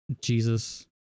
Jesus